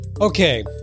Okay